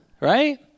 right